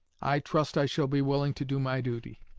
i trust i shall be willing to do my duty,